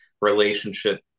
relationship